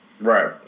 Right